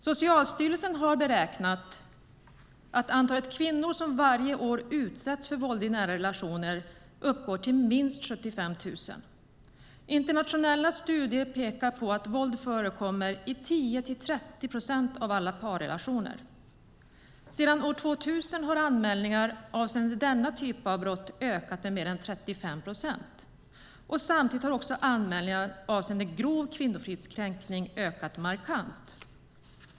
Socialstyrelsen har beräknat att antalet kvinnor som varje år utsätts för våld i nära relationer uppgår till minst 75 000. Internationella studier pekar på att våld förekommer i 10-30 procent av alla parrelationer. Sedan år 2000 har anmälningar avseende denna typ av brott ökat med mer än 35 procent. Samtidigt har också anmälningar avseende grov kvinnofridskränkning ökat markant.